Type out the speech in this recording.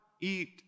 eat